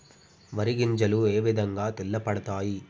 వరి గింజలు ఏ విధంగా తెల్ల పడతాయి?